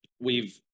we've-